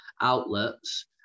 outlets